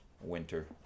winter